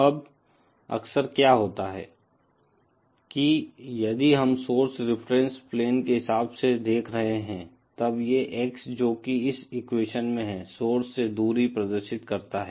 अब अक्सर क्या होता है की यदि हम सोर्स रिफरेन्स प्लेन के हिसाब से देख रहे हैं तब ये X जो की इस एक्वेशन में है सोर्स से दूरी प्रदर्शित करता है